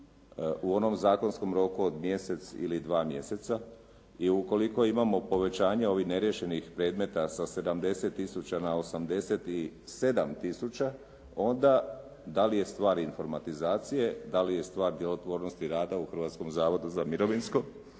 u onom zakonskom roku od mjesec ili dva mjeseca i ukoliko imamo povećanje ovih neriješenih predmeta sa 70000 na 87000 onda da li je stvar informatizacije, da li je stvar djelotvornosti rada u Hrvatskom zavodu za mirovinsko